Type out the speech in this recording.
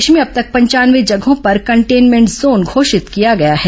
प्रदेश में अब तक पंचानवे जगहों पर कंटेनमेंट जोन घोषित किया गया है